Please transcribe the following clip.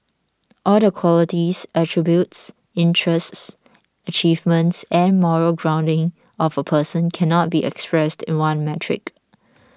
all the qualities attributes interests achievements and moral grounding of a person cannot be expressed in one metric